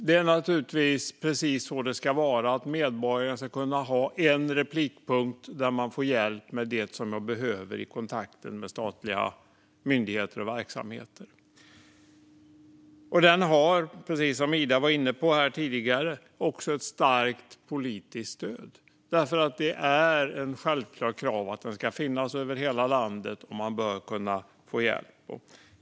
Det ska vara precis så att medborgare ska ha en replikpunkt där man kan få hjälp med det man behöver i kontakten med statliga myndigheter och verksamheter. Precis som Ida var inne på finns det starkt politiskt stöd för detta. Det är ett självklart krav att det ska finnas i hela landet och att man bör kunna få hjälp.